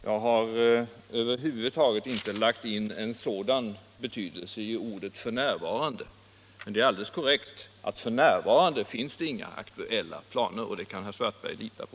Jag har över huvud taget inte lagt in en sådan betydelse i uttrycket ”f.n.”, men det är alldeles korrekt att f. n. finns inga aktuella planer såvitt bekant — det kan herr Svartberg lita på.